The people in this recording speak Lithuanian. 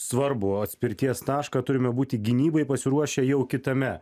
svarbų atspirties tašką turime būti gynybai pasiruošę jau kitame